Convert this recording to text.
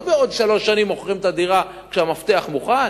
לא בעוד שלוש שנים מוכרים את הדירה, כשהמפתח מוכן.